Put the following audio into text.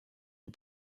aux